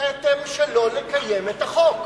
הנחיתם שלא לקיים את החוק.